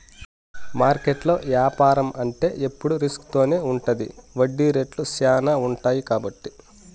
మార్కెట్లో యాపారం అంటే ఎప్పుడు రిస్క్ తోనే ఉంటది వడ్డీ రేట్లు శ్యానా ఉంటాయి కాబట్టి